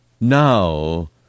now